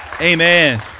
Amen